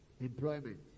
employment